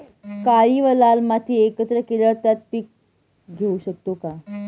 काळी व लाल माती एकत्र केल्यावर त्यात पीक घेऊ शकतो का?